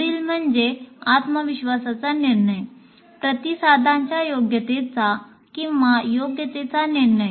पुढील म्हणजे आत्मविश्वासाचा निर्णय प्रतिसादाच्या योग्यतेचा किंवा योग्यतेचा निर्णय